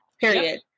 period